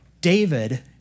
David